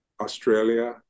Australia